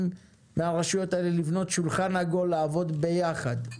מן הרשויות האלה לבנות שולחן עגול ולעבוד ביחד.